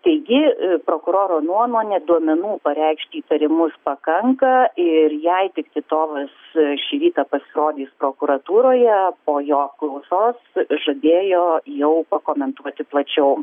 taigi prokuroro nuomone duomenų pareikšti įtarimus pakanka ir jei tik titovas šį rytą pasirodys prokuratūroje po jo apklausos žadėjo jau pakomentuoti plačiau